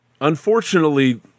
unfortunately